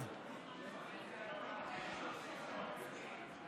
אני חושב באמת שמדובר כאן בחוק שהיה צריך לעשות אותו מזמן.